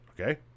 okay